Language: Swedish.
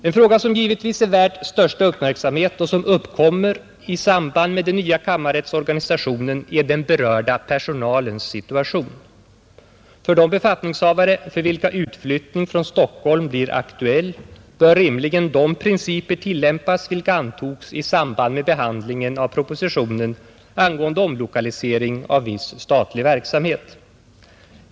En fråga som givetvis är värd största uppmärksamhet och som uppkommer i samband med den nya kammarrättsorganisationen är den berörda personalens situation. För de befattningshavare för vilka utflyttning från Stockholm blir aktuell bör rimligen de principer tillämpas vilka antogs i samband med behandlingen av propositionen angående omlokalisering av viss statlig verksamhet.